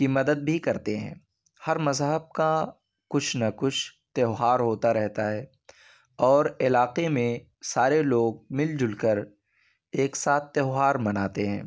کی مدد بھی کرتے ہیں ہر مذہب کا کچھ نہ کچھ تہوار ہوتا رہتا ہے اور علاقے میں سارے لوگ مل جل کر ایک ساتھ تہوار مناتے ہیں